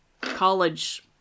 college